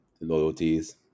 loyalties